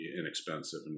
inexpensive